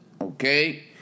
Okay